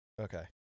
Okay